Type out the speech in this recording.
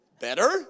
Better